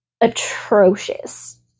atrocious